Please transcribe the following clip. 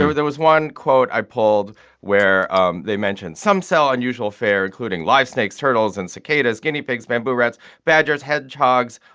there was one quote i pulled where um they mentioned some sell unusual fare, including live snakes, turtles and cicadas, guinea pigs, bamboo rats, badgers, hedgehogs,